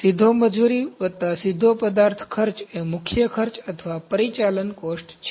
સીધો મજૂરી વત્તા સીધો પદાર્થ ખર્ચ એ મુખ્ય ખર્ચ અથવા પરિચાલન કોસ્ટ છે